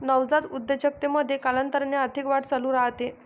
नवजात उद्योजकतेमध्ये, कालांतराने आर्थिक वाढ चालू राहते